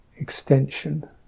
Extension